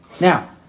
Now